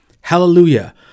Hallelujah